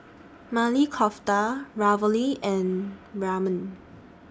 Maili Kofta Ravioli and Ramen